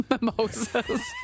mimosas